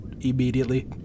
immediately